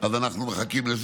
אז אנחנו מחכים לזה,